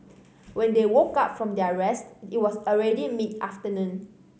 when they woke up from their rest it was already mid afternoon